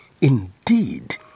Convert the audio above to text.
Indeed